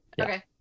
Okay